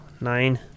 nine